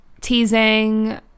teasing